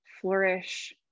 flourish